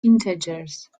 integers